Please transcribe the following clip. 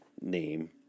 name